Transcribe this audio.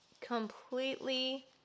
completely